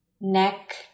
Neck